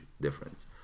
difference